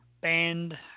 band